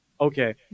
Okay